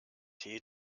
tee